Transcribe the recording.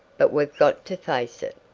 but we've got to face it.